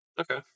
Okay